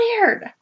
weird